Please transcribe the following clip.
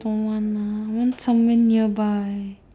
don't want lah I want somewhere nearby